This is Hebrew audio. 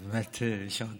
אז באמת יישר כוח.